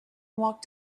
walked